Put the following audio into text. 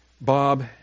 Bob